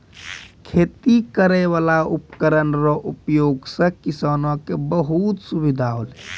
खेती करै वाला उपकरण रो उपयोग से किसान के बहुत सुबिधा होलै